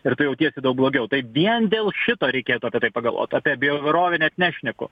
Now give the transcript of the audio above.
ir tu jautiesi daug blogiau tai vien dėl šito reikėtų apie tai pagalvot apie bioįvairovę net nešneku